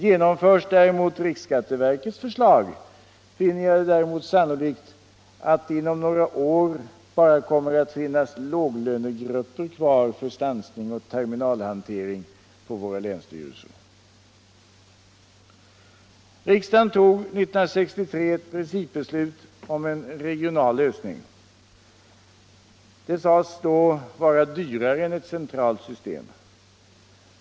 Genomförs däremot riksskatteverkets förslag finner jag det sannolikt att det inom några år bara kommer att finnas låglönegrupper kvar för stansning och terminalhantering på våra länsstyrelser. Riksdagen tog 1963 ett principbeslut om en regional lösning. Den sades då vara dyrare än ett centralt system.